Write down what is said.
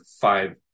five